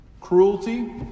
Cruelty